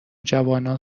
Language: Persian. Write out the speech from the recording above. جوانان